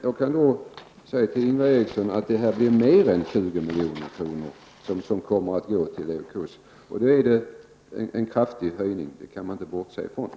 Jag kan säga till Ingvar Eriksson att mer än 20 miljoner kommer att gå till leukos. Man kan inte bortse från att det är en kraftig höjning.